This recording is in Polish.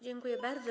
Dziękuję bardzo.